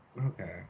Okay